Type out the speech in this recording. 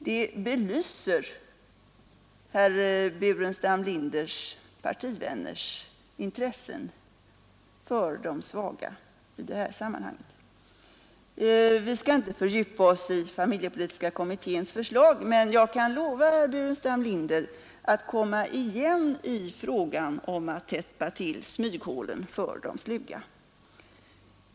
Det belyser herr Burenstam Linders partivänners intressen för de svaga i det här sammanhanget. Vi skall inte fördjupa oss i familjepolitiska kommitténs förslag, men jag kan lova herr Burenstam Linder att komma igen i frågan om att täppa till smyghålen för de sluga.